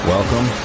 Welcome